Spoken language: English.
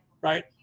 right